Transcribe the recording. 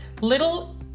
little